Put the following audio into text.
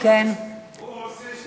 עושה שטנץ.